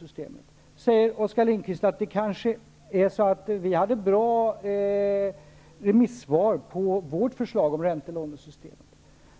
Då säger Oskar Lindkvist att Socialdemokraterna hade fått bra remissvar på sitt förslag om ett räntelånesystem.